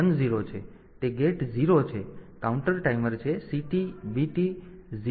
તેથી તે ગેટ 0 છે કાઉન્ટ ટાઈમર છે CT BT 0 m 1 m 0 છે